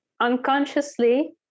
unconsciously